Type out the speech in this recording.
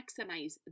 maximize